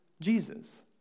Jesus